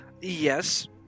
Yes